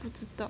不知道